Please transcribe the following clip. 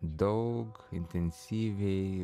daug intensyviai